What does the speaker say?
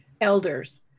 elders